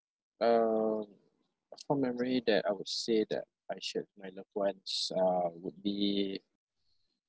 um a fond memory that I would say that I shared with my loved ones um would be